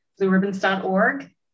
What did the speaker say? blueribbons.org